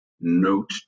note